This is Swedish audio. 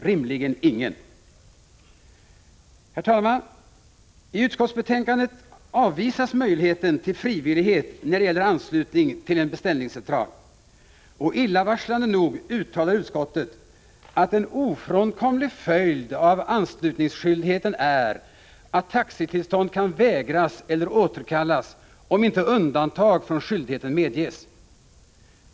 Rimligen ingen! Herr talman! I utskottsbetänkandet avvisas möjligheten till frivillighet när det gäller anslutning till en beställningscentral, och illavarslande nog uttalar utskottet att en ofrånkomlig följd av anslutningsskyldigheten är att taxitillstånd kan vägras eller återkallas, om inte undantag från skyldigheten medges.